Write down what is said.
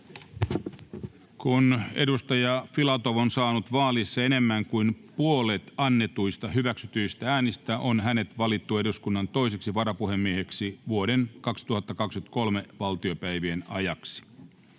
Kun Tarja Filatov on saanut vaalissa enemmän kuin puolet annetuista hyväksytyistä äänistä, on hänet valittu eduskunnan toiseksi varapuhemieheksi vuoden 2023 valtiopäivien ajaksi.